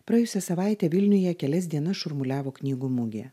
praėjusią savaitę vilniuje kelias dienas šurmuliavo knygų mugė